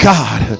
God